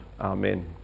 Amen